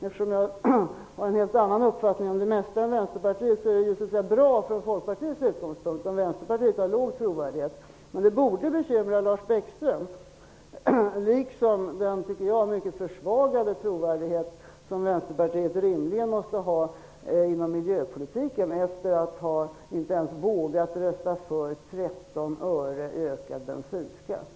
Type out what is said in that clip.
Eftersom jag har en helt annan uppfattning än Vänsterpartiet om det mesta, är det ju bra från Folkpartiets synpunkt om Vänsterpartiet har låg trovärdighet. Men det borde bekymra Lars Bäckström liksom den mycket försvagade trovärdighet som Vänsterpartiet rimligen måste ha inom miljöpolitiken efter att inte ens ha vågat rösta för 13 öre i ökad bensinskatt.